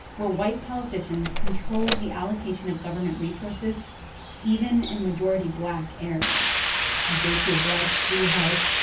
where white politicians controlled the allocation of government resources even in majority-black areas if you go to a black schoolhouse,